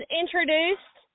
introduced